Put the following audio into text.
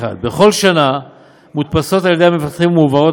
1. בכל שנה מודפסות על-ידי מבטחים ומועברות